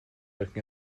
looking